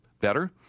better